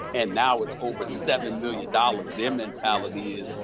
and now it's over seven million dollars, their mentality is,